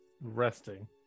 resting